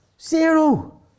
Zero